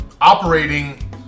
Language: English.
operating